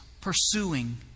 pursuing